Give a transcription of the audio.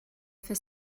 for